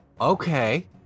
okay